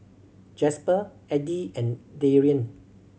Jasper Edie and Darien